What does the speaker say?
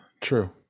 true